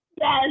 yes